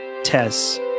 tess